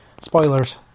spoilers